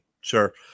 sure